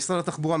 משרד התחבורה,